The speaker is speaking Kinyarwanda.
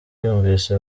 yumvise